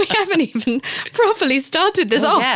but haven't even properly started this off. yeah